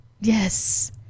Yes